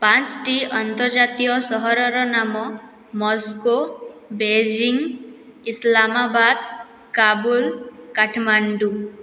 ପାଞ୍ଚଟି ଅନ୍ତର୍ଜାତୀୟ ସହରର ନାମ ମୋସ୍କ ବେଜିଂ ଇସଲାମାବାଦ୍ କାବୁଲ କାଠମାଣ୍ଡୁ଼